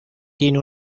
tiene